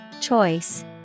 Choice